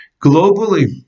globally